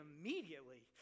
immediately